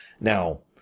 Now